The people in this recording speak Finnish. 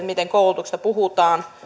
miten koulutuksesta puhutaan